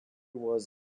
was